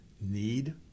need